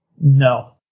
No